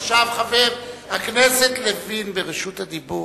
עכשיו חבר הכנסת לוין ברשות הדיבור.